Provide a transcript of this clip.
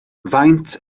faint